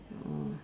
orh